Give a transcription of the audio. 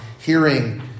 hearing